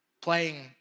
playing